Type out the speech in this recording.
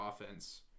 offense